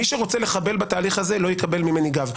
מי שרוצה לחבל בתהליך הזה לא יקבל ממני גב.